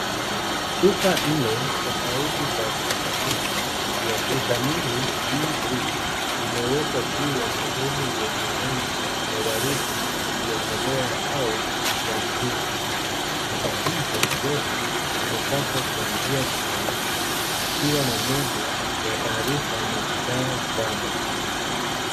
Chupa nne tofauti za virutubisho vya vitamini D3 zimewekwa juu ya sehemu yenye rangi ya waridi iliyokolea au ya pichi . Chupa hizo zote zimepakwa kwa njia tofauti zikiwa na nembo ya taarifa na bidhaa zao.